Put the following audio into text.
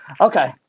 Okay